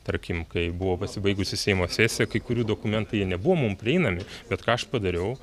tarkim kai buvo pasibaigusi seimo sesiją kai kurių dokumentų jie nebuvo mum prieinami bet ką aš padariau